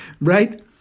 right